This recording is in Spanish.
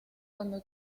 cuando